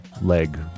leg